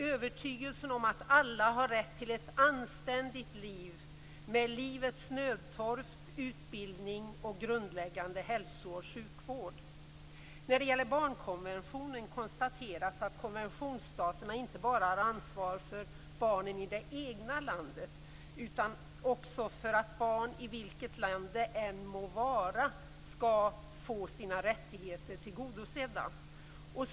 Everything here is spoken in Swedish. Övertygelsen om att alla har rätt till ett anständigt liv med livets nödtorft, utbildning och grundläggande hälso och sjukvård. När det gäller barnkonventionen konstateras att konventionsstaterna inte bara har ansvar för barnen i det egna landet, utan också för att barn i vilket land det än må vara skall få sina rättigheter tillgodosedda.